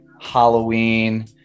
Halloween